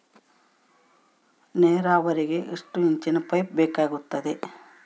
ನೇರಾವರಿಗೆ ಎಷ್ಟು ಇಂಚಿನ ಪೈಪ್ ಬೇಕಾಗುತ್ತದೆ?